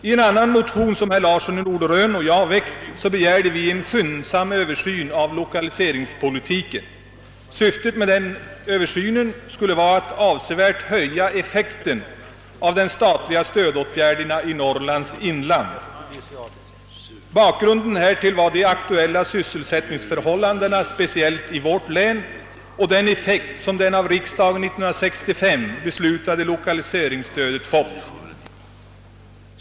I en annan motion, som herr Larsson 1 Norderön och jag har väckt, begär vi en skyndsam översyn av lokaliseringspolitiken i syfte att avsevärt höja effekten av de statliga stödåtgärderna i Norrlands inland. Bakgrunden härtill var de aktuella — sysselsättningsförhållandena, speciellt i vårt län, och den effekt som det av riksdagen 1965 beslutade lokaliseringsstödet fått.